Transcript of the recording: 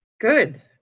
Good